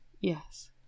Yes